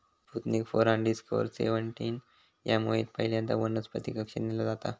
Sputnik four आणि Discover seventeen या मोहिमेत पहिल्यांदा वनस्पतीक कक्षेत नेला जाता